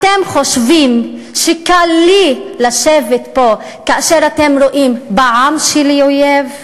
אתם חושבים שקל לי לשבת פה כאשר אתם רואים בעם שלי אויב?